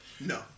No